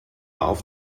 auf